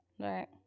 Right